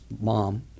mom